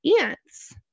ants